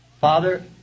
Father